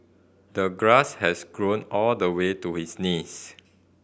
the grass has grown all the way to his knees